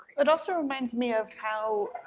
and also reminds me of how